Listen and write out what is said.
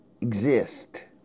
exist